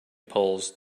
polls